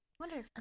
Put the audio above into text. Wonder